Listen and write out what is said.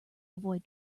avoid